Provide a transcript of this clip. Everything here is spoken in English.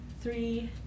three